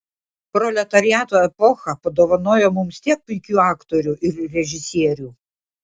proletariato epocha padovanojo mums tiek puikių aktorių ir režisierių